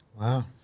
Wow